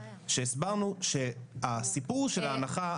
הסברנו שהסיפור של ההנחה,